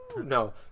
No